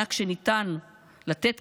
המענק שניתן לתת